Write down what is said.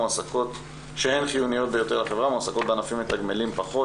מועסקות בענפים מתגמלים פחות",